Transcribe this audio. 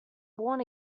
warn